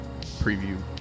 preview